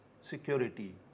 security